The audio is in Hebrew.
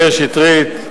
מאיר שטרית,